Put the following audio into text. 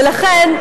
ולכן,